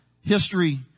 history